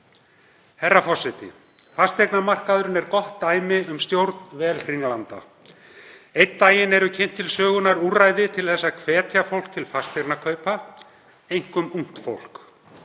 Herra forseti. Fasteignamarkaðurinn er gott dæmi um stjórn Velhringlanda. Einn daginn eru kynnt til sögunnar úrræði til að hvetja fólk til fasteignakaupa, einkum ungt fólk.